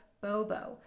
Bobo